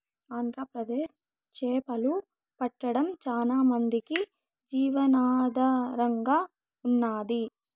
ఆంధ్రప్రదేశ్ చేపలు పట్టడం చానా మందికి జీవనాధారంగా ఉన్నాది